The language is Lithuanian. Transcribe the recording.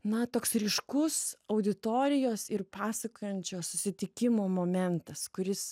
na toks ryškus auditorijos ir pasakojančio susitikimo momentas kuris